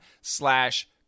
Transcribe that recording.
slash